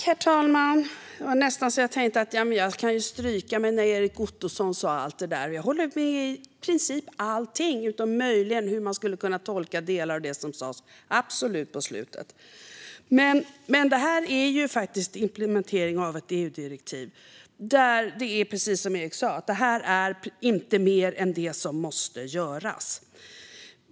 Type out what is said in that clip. Herr talman! När Erik Ottoson sa allt det där tänkte jag nästan stryka mig. Jag håller med om i princip allting, utom möjligen hur delar av det som sas absolut på slutet skulle kunna tolkas. Det här är faktiskt implementering av ett EU-direktiv där man, precis som Erik sa, inte gör mer än det som måste göras.